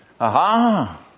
Aha